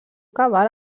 cabal